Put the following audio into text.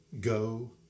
Go